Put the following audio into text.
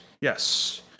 Yes